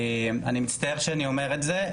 אני מצטער שאני אומר את זה,